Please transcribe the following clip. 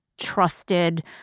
Trusted